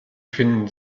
finden